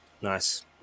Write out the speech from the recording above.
nice